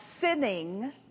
sinning